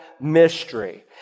mystery